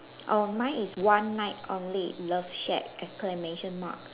oh mine is one night only love shack exclamation mark